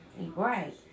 right